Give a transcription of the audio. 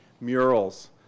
murals